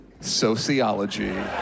sociology